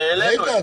מיקי,